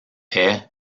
est